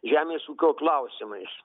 žemės ūkio klausimais